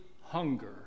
hunger